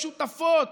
השותפות